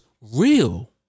real